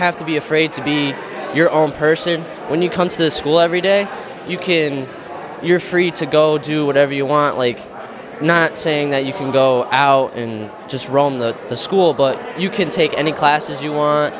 have to be afraid to be your own person when you come to the school every day you kid and you're free to go do whatever you want like not saying that you can go out and just roam the the school but you can take any classes you want